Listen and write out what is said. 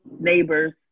neighbors